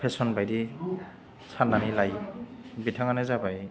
fashion बायदि साननानै लायो बिथाङानो जाबाय